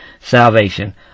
salvation